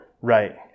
Right